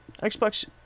Xbox